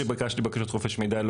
שביקשתי בקשות חופש מידע,